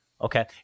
Okay